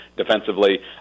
Defensively